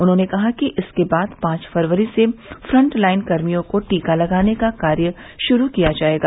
उन्होंने कहा कि इसके बाद पांच फरवरी से फ्रंट लाइन कर्मियों को टीका लगाने का कार्य शुरू किया जायेगा